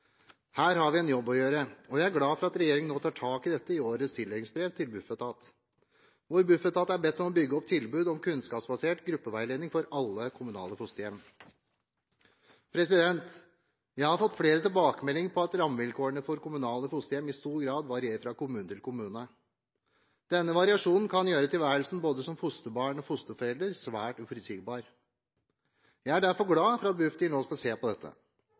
Her har vi en jobb å gjøre, og jeg er glad for at regjeringen nå tar tak i dette i årets tildelingsbrev til Bufetat, hvor Bufetat er bedt om å bygge opp tilbud om kunnskapsbasert gruppeveiledning for alle kommunale fosterhjem. Jeg har fått flere tilbakemeldinger på at rammevilkårene for kommunale fosterhjem i stor grad varierer fra kommune til kommune. Denne variasjonen kan gjøre tilværelsen både som fosterbarn og fosterforelder svært uforutsigbar. Jeg er derfor glad for at Bufdir nå skal se på dette.